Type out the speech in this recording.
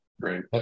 Great